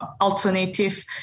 alternative